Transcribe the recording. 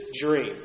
dream